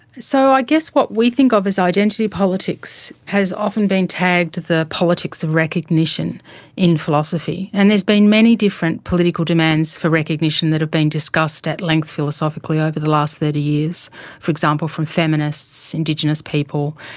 so i guess what we think of as identity politics has often been tagged the politics of recognition in philosophy. and there's been many different political demands for recognition that have been discussed at length philosophically over the last thirty years for example, from feminists, indigenous people,